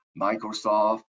Microsoft